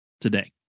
today